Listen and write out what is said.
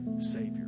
Savior